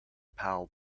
pal